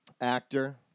Actor